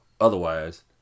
otherwise